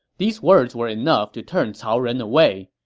these words were enough to turn cao ren away.